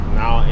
now